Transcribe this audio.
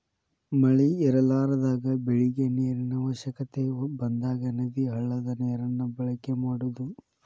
ಮಳಿ ಇರಲಾರದಾಗ ಬೆಳಿಗೆ ನೇರಿನ ಅವಶ್ಯಕತೆ ಬಂದಾಗ ನದಿ, ಹಳ್ಳದ ನೇರನ್ನ ಬಳಕೆ ಮಾಡುದು